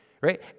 right